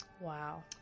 Wow